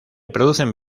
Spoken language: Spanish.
producen